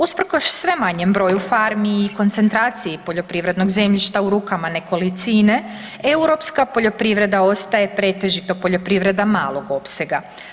Usprkos sve manjem broju farmi i koncentraciji poljoprivrednog zemljišta u rukama nekolicine europska poljoprivreda ostaje pretežito poljoprivreda malog opsega.